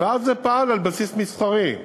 ואז זה פעל על בסיס מסחרי,